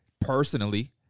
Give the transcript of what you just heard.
personally